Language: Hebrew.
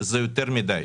זה יותר מדי.